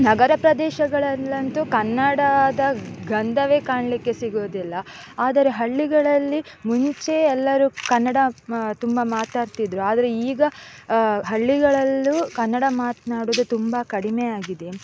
ನಗರ ಪ್ರದೇಶಗಳಲ್ಲಂತೂ ಕನ್ನಡದ ಗಂಧವೇ ಕಾಣಲಿಕ್ಕೆ ಸಿಗುವುದಿಲ್ಲ ಆದರೆ ಹಳ್ಳಿಗಳಲ್ಲಿ ಮುಂಚೆ ಎಲ್ಲರು ಕನ್ನಡ ತುಂಬ ಮಾತಾಡ್ತಾಯಿದ್ದರು ಆದರೆ ಈಗ ಹಳ್ಳಿಗಳಲ್ಲೂ ಕನ್ನಡ ಮಾತನಾಡುವುದು ತುಂಬ ಕಡಿಮೆ ಆಗಿದೆ